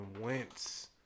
wince